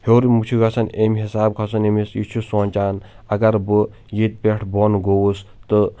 ہیٚور مہٕ چھُ گژھان امہِ حساب کھسن أمس یہ چھُ سونٛچان اگر بہٕ ییٚتہِ پٮ۪ٹھ بۄن گوٚوس تہٕ